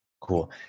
Cool